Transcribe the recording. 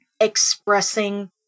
expressing